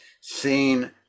seen